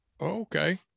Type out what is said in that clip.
okay